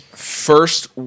First